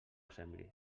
sembre